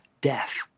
death